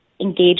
Engage